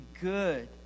good